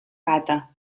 gata